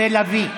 סה לה וי.